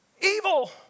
evil